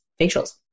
facials